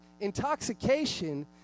Intoxication